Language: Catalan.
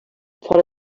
fora